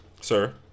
sir